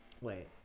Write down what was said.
Wait